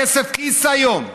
כסף כיס היום.